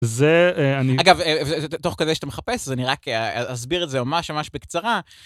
זה אני, אגב, תוך כדי שאתה מחפש, אז אני רק אסביר את זה ממש ממש בקצרה,